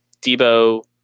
Debo